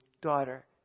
daughter